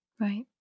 Right